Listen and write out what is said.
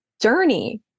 journey